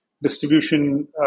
distribution